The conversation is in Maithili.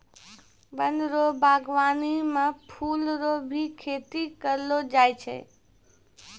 वन रो वागबानी मे फूल रो भी खेती करलो जाय छै